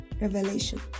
revelation